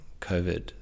COVID